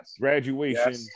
graduation